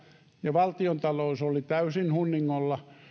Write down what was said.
ja valtiontalous oli täysin hunningolla